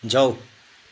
जाउ